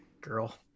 Girl